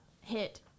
Hit